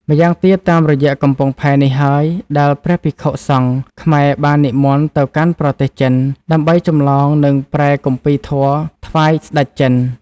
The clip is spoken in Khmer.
ម្យ៉ាងទៀតតាមរយៈកំពង់ផែនេះហើយ ដែលព្រះភិក្ខុសង្ឃខ្មែរបាននិមន្តទៅកាន់ប្រទេសចិន ដើម្បីចម្លងនិងប្រែគម្ពីរធម៌ថ្វាយ ស្តេចចិន ។